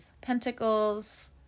Pentacles